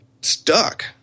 stuck